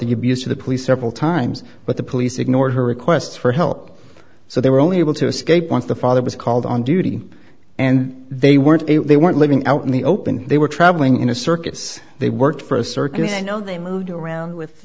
abuse to the police several times but the police ignored her request for help so they were only able to escape once the father was called on duty and they weren't they weren't living out in the open they were traveling in a circus they worked for a circus i know they moved around with